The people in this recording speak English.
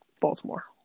Baltimore